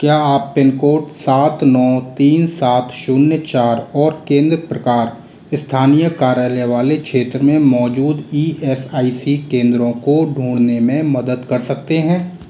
क्या आप पिनकोड सात नौ तीन सात शून्य चार और केंद्र प्रकार स्थानीय कार्यालय वाले क्षेत्र में मौजूद ई एस आई सी केंद्रों को ढूँढने में मदद कर सकते हैं